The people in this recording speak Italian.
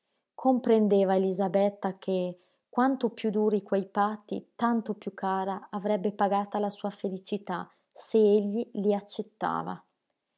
comprendeva elisabetta che quanto piú duri quei patti tanto piú cara avrebbe pagata la sua felicità se egli li accettava